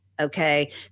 Okay